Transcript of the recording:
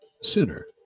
sooner